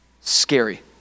scary